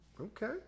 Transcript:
Okay